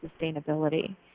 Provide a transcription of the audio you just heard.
Sustainability